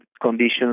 conditions